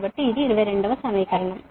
కాబట్టి ఇది 22 వ సమీకరణం